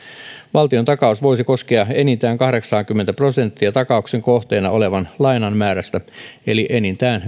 valtiontakaus voisi koskea enintään kahdeksaakymmentä prosenttia takauksen kohteena olevan lainan määrästä eli enintään